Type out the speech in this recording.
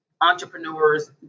entrepreneurs